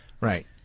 Right